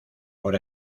por